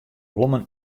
blommen